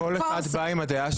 כל אחד בא עם הדעה שלו.